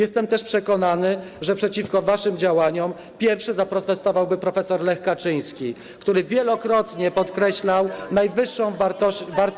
Jestem też przekonany, że przeciwko waszym działaniom pierwszy zaprotestowałby prof. Lech Kaczyński, który wielokrotnie podkreślał najwyższą wartość rządów prawa.